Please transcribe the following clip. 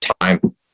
time